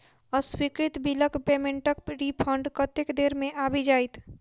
अस्वीकृत बिलक पेमेन्टक रिफन्ड कतेक देर मे आबि जाइत?